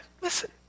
listen